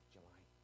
July